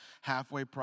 halfway